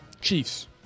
Chiefs